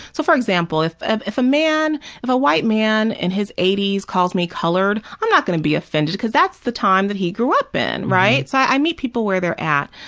so for example, if ah if a man, if a white man in his eighty s calls me colored, i'm not going to be offended because that's the time that he grew up in, right? dr. so i meet people where they're at,